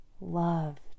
loved